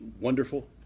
wonderful